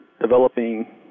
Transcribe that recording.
developing